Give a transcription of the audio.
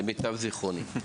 למיטב זכרוני.